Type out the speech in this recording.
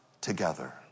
together